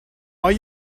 are